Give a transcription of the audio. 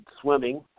swimming